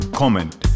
comment